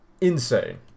Insane